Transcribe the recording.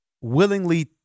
willingly